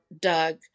Doug